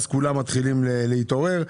כולם מתחילים להתעורר.